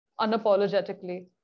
unapologetically